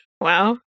Wow